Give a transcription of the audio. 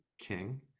King